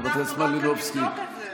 חברת הכנסת מלינובסקי -- אנחנו גם נבדוק את זה.